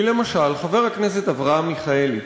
כי, למשל, חבר הכנסת אברהם מיכאלי,